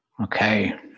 Okay